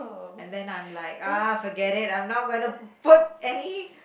and then I'm like ah forget it I'm not going to put any